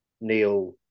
Neil